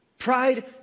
Pride